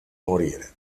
morire